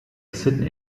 sydney